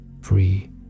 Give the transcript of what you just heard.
free